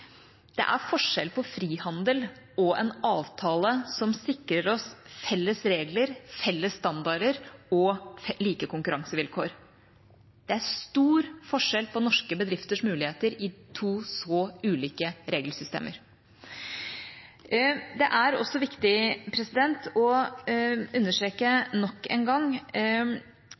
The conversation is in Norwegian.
det er forskjell på frihandel og en avtale som sikrer oss felles regler, felles standarder og like konkurransevilkår. Det er stor forskjell på norske bedrifters muligheter i to så ulike regelsystemer. Det er også viktig å understreke nok en gang